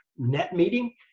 NetMeeting